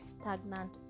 stagnant